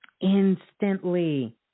instantly